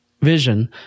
vision